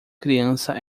criança